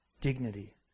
dignity